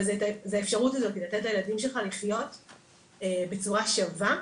אבל האפשרות הזאתי לתת לילדים שלך לחיות בצורה שווה,